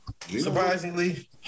Surprisingly